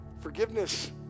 Forgiveness